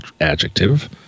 adjective